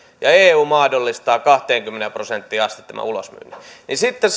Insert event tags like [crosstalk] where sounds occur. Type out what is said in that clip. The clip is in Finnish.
ja eu mahdollistaa kahteenkymmeneen prosenttiin asti tämän ulosmyynnin niin sitten [unintelligible]